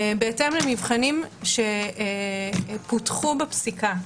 בהתאם למבחנים שפותחו בפסיקה.